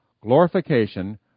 Glorification